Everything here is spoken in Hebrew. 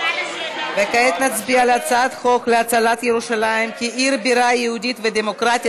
כעת נצביע על הצעת חוק להצלת ירושלים כעיר בירה יהודית ודמוקרטית,